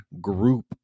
group